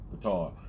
guitar